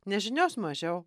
nežinios mažiau